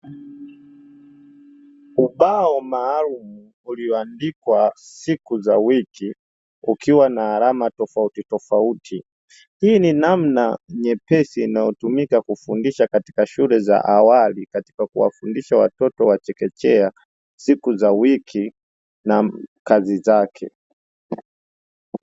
Ubao maalumu ulioandikwa siku za wiki, ukiwa na alama tofuti tofauti. Hii ni namna nyepesi inayotumika kufundisha katika shule za awali, katika kuwafundisha watoto wa chekechea siku za wiki na kazi zake.